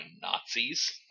Nazis